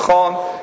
נכון,